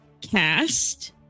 cast